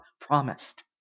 promised